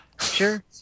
Sure